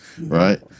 right